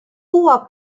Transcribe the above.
huwa